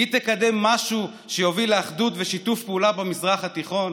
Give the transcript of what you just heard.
היא תקדם משהו שיוביל לאחדות ושיתוף פעולה במזרח התיכון?